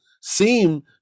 seem